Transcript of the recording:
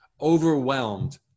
overwhelmed